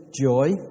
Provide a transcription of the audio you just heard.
joy